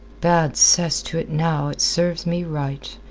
bad cess to it now, it serves me right.